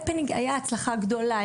ההפנינג היה הצלחה גדולה,